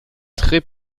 très